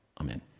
Amen